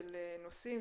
של נושאים,